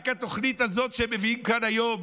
רק בתוכנית הזאת שמביאים כאן היום,